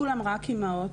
כולם רק אימהות,